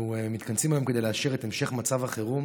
אנחנו מתכנסים היום כדי לאשר את המשך מצב החירום